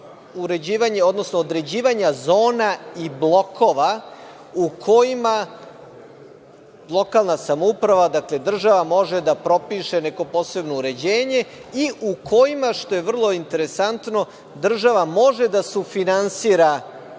određivanje zona i blokova u kojima lokalna samouprava, dakle država može da propiše neko posebno uređenje i u kojima, što je vrlo interesantno, država može da sufinansira